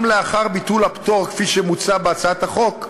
גם לאחר ביטול הפטור, כפי שמוצע בהצעת החוק,